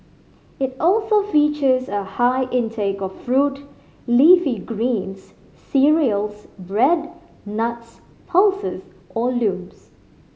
it also features a high intake of fruit leafy greens cereals bread nuts pulses or legumes